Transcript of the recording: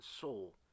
soul